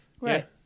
right